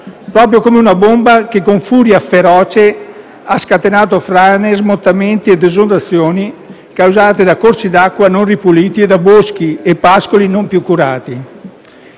proprio come una bomba che, con furia feroce, ha scatenato frane, smottamenti ed esondazioni, causate da corsi d'acqua non ripuliti e da boschi e pascoli non più curati.